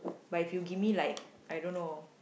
but if you give me like I don't know